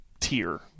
tier